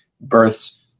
births